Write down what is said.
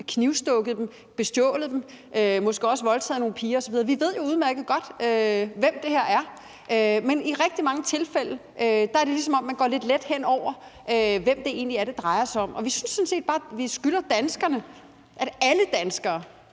knivstukket dem, bestjålet dem og måske også voldtaget nogle piger osv., ved vi jo udmærket godt, hvem det er, men i rigtig mange tilfælde er det, som om man går lidt let hen over, hvem det egentlig er, det drejer sig om. Vi synes sådan set bare, at vi skylder danskerne, at alle danskere